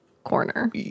corner